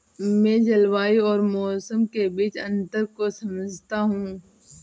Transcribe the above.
मैं जलवायु और मौसम के बीच अंतर को समझता हूं